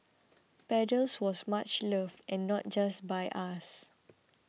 paddles was much loved and not just by us